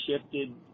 shifted